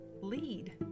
lead